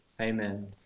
Amen